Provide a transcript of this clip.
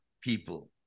people